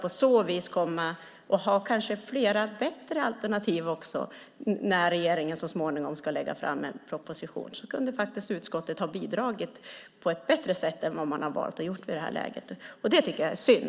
På så sätt skulle det kanske finnas fler och bättre alternativ när regeringen så småningom ska lägga fram en proposition. Utskottet kunde ha bidragit på ett bättre sätt. Det är synd.